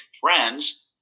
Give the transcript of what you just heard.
friends